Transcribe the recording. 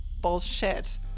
Bullshit